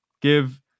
give